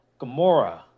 Gamora